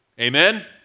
Amen